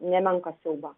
nemenką siaubą